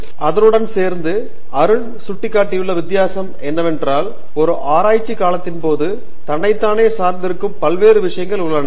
தேஷ்பாண்டே ஆம் அதனுடன் சேர்த்து அருண் சுட்டிக் காட்டியுள்ள வித்தியாசம் என்னவென்றால் ஒரு ஆராய்ச்சிக் காலத்தின்போது தன்னைத்தானே சார்ந்திருக்கும் பல்வேறு விஷயங்கள் உள்ளன